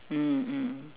mm mm